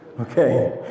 okay